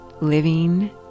living